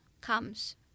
comes